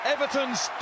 Everton's